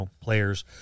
players